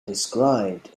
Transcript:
described